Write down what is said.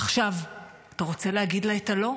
עכשיו, אתה רוצה להגיד לה את הלא?